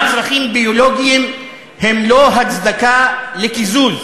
גם צרכים ביולוגיים הם לא הצדקה לקיזוז.